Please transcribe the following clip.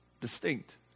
distinct